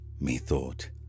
methought